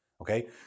okay